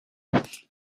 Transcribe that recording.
tots